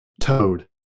Toad